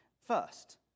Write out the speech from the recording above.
First